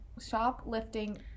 shoplifting